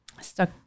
stuck